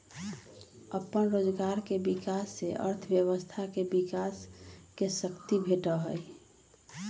अप्पन रोजगार के विकास से अर्थव्यवस्था के विकास के शक्ती भेटहइ